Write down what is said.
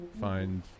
find